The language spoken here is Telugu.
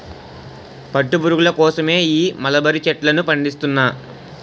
పట్టు పురుగుల కోసమే ఈ మలబరీ చెట్లను పండిస్తున్నా